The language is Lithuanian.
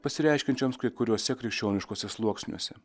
pasireiškiančioms kai kuriuose krikščioniškuose sluoksniuose